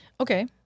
Okay